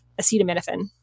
acetaminophen